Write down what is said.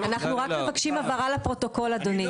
אנחנו רק מבקשים הבהרה לפרוטוקול, אדוני.